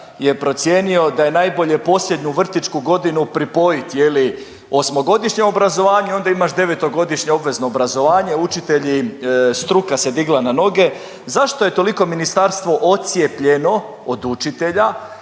je procijenio da je najbolje posljednju vrtićku godinu pripojit je li osmogodišnjem obrazovanju onda imaš devetogodišnje obvezno obrazovanje. Učitelji, struka se digla na noge. Zašto je toliko ministarstvo odcijepljeno od učitelja